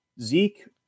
Zeke